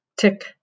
tick